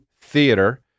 Theater